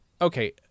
okay